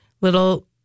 little